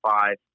five